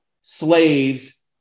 slaves